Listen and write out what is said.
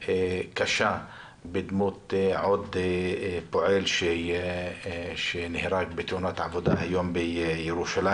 קשה בדמות עוד פועל שנהרג בתאונת עבודה בירושלים.